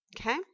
Okay